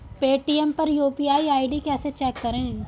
Paytm पर UPI ID कैसे check करें?